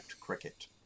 cricket